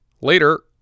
Later